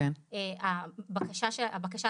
הבקשה הזאת,